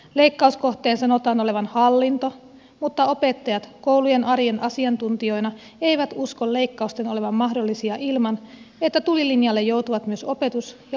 leikkauskohteen sanotaan olevan hallinto mutta opettajat koulujen arjen asiantuntijoina eivät usko leikkausten olevan mahdollisia ilman että tulilinjalle joutuvat myös opetus ja opiskelupaikat